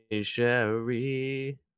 sherry